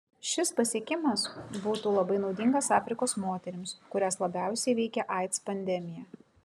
šis pasiekimas būtų labai naudingas afrikos moterims kurias labiausiai veikia aids pandemija